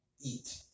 Eat